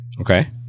Okay